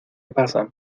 pasan